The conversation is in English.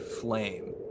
flame